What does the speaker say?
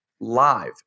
live